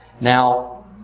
Now